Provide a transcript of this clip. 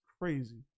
crazy